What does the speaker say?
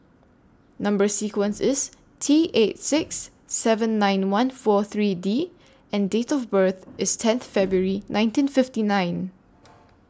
Number sequence IS T eight six seven nine one four three D and Date of birth IS tenth February nineteen fifty nine